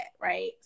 Right